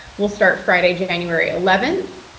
will start friday, january eleventh.